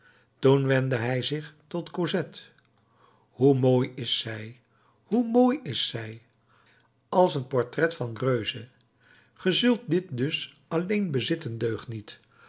toen wendde hij zich tot cosette hoe mooi is zij hoe mooi is zij als een portret van greuze ge zult dit dus alleen bezitten deugniet